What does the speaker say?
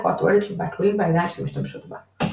או התועלת שבה תלויים בידיים שמשתמשות בה.